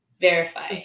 verify